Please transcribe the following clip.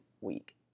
week